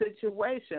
situation